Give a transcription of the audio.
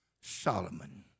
Solomon